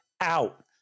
out